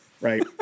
Right